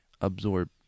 absorb